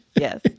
Yes